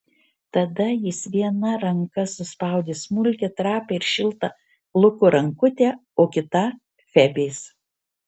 tada jis viena ranka suspaudė smulkią trapią ir šiltą luko rankutę o kita febės